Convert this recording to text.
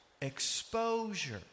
exposure